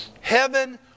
Heaven